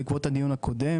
בעקבות הדיון הקודם,